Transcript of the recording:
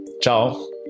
Ciao